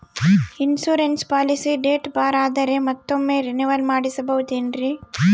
Insurance policy date ಬಾರ್ ಆದರೆ ಮತ್ತೊಮ್ಮೆ ರಿನಿವಲ್ ಮಾಡಿಸಬಹುದೇ ಏನ್ರಿ?